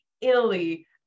Italy